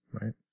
Right